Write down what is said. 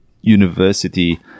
university